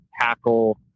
tackle